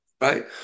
Right